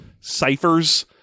ciphers